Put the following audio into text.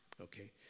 okay